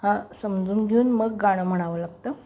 हा समजून घेऊन मग गाणं म्हणावं लागतं